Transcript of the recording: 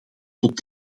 tot